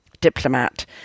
diplomat